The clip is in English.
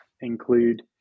include